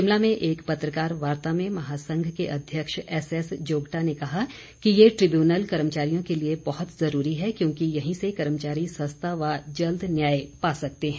शिमला में एक पत्रकार वार्ता में महासंघ के अध्यक्ष एसएसजोगटा ने कहा कि ये ट्रिब्यूनल कर्मचारियों के लिए बहुत जरूरी है क्योंकि यहीं से कर्मचारी सस्ता व जल्द न्याय पा सकते हैं